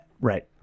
right